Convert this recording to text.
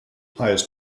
hires